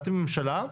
אתם הממשלה,